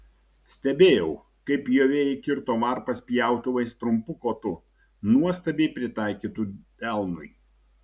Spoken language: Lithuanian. stebėjau kaip pjovėjai kirto varpas pjautuvais trumpu kotu nuostabiai pritaikytu delnui